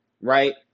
Right